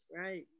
Right